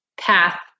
path